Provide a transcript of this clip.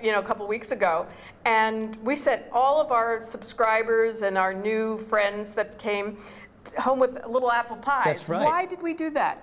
you know a couple weeks ago and we said all of our subscribers and our new friends that came home with a little apple pie strike did we do that